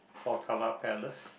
potala palace